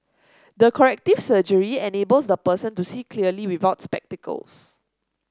the corrective surgery enables the person to see clearly without spectacles